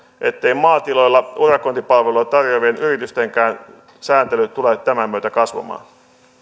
ettei maatiloilla urakointipalveluja tarjoavien yritystenkään sääntely tule tämän myötä kasvamaan